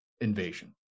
invasion